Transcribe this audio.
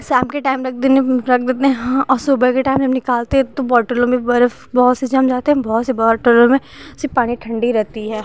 शाम के टाइम रख दिन रख देते हैं और सुबह के टाइम ने हम निकालते हैं तो बौटल में बर्फ़ बहुत सी जम जाता है बहुत से बौटल में उससे पानी ठंडी रहती है